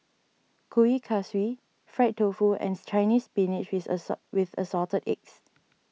Kuih Kaswi Fried Tofu ends Chinese Spinach with Assort with Assorted Eggs